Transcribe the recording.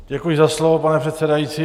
Děkuji za slovo, pane předsedající.